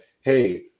hey